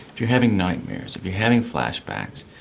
if you're having nightmares, if you're having flashbacks,